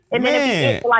Man